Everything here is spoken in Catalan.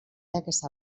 aquesta